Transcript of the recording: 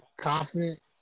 confident